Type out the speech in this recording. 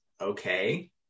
okay